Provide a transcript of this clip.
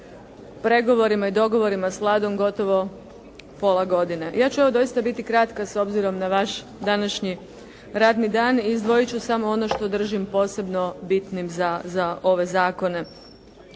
pregovorima i dogovorima s Vladom gotovo pola godine. Ja ću evo doista biti kratka, s obzirom na vaš današnji radni dan i izdvojit ću samo ono što držim posebno bitnim za ove zakone.